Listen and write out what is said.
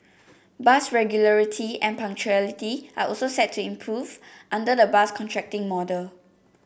bus regularity and punctuality are also set to improve under the bus contracting model